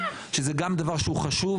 שהוא גם דבר חשוב.